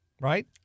right